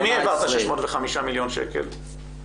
למי העברת 605 מיליון שקל?